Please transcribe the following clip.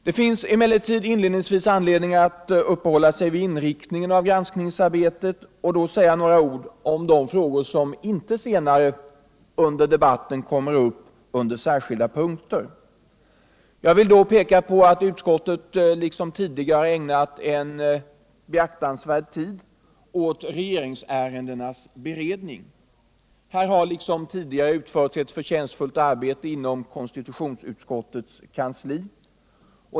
Det finns inledningsvis anledning att uppehålla sig vid inriktningen av granskningsarbetet och säga några ord om de frågor som inte kommer upp senare i debatten under särskilda punkter. Jag vill då peka på att utskottet liksom tidigare ägnat en beaktansvärd tid åt regeringsärendenas beredning. Ett förtjänstfullt arbete har utförts på konstitutionsutskottets kansli.